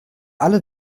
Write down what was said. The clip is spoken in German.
alle